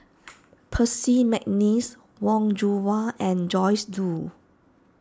Percy McNeice Wong Yoon Wah and Joyce Jue